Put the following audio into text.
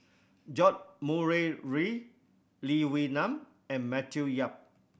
George Murray Reith Lee Wee Nam and Matthew Yap